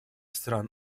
стран